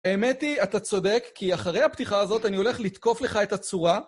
האמת היא, אתה צודק, כי אחרי הפתיחה הזאת אני הולך לתקוף לך את הצורה.